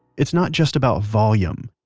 it's not just about volume.